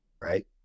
right